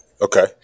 Okay